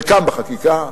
חלקם בחקיקה,